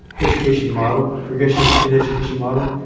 education model, progression in education model.